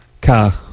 Car